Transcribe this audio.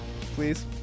please